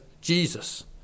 Jesus